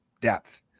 depth